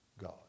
God